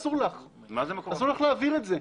אסור לך להעביר את זה.